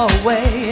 away